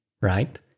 right